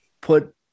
put